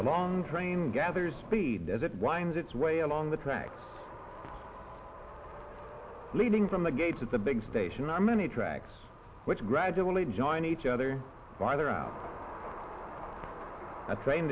the long train gathers speed as it winds its way along the tracks leading from the gates of the big station are many tracks which gradually join each other either out of train